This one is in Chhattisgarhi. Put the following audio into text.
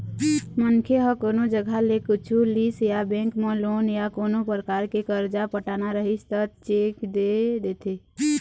मनखे ह कोनो जघा ले कुछु लिस या बेंक म लोन या कोनो परकार के करजा पटाना रहिस त चेक दे देथे